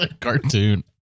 cartoon